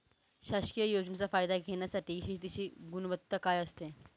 शासकीय योजनेचा फायदा घेण्यासाठी शेतीची गुणवत्ता काय असते?